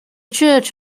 church